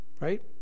right